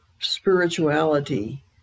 spirituality